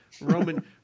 Roman